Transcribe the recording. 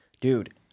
Dude